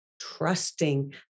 trusting